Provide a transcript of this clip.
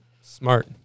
smart